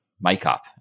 makeup